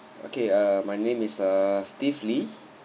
okay uh my name is uh steve lee